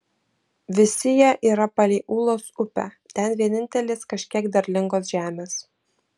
visi jie yra palei ūlos upę ten vienintelės kažkiek derlingos žemės